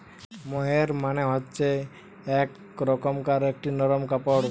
মোহের মানে হচ্ছে এক রকমকার একটি নরম কাপড়